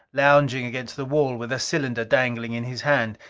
lounging against the wall with a cylinder dangling in his hand.